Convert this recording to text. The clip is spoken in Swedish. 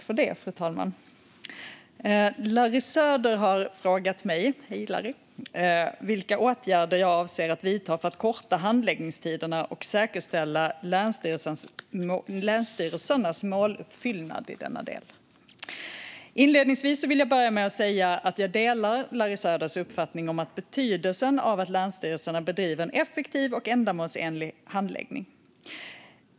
Fru talman! Larry Söder har frågat mig vilka åtgärder jag avser att vidta för att korta handläggningstiderna och säkerställa länsstyrelsernas måluppfyllnad i denna del. Inledningsvis vill jag säga att jag delar Larry Söders uppfattning om betydelsen av att länsstyrelserna bedriver en effektiv och ändamålsenlig handläggning.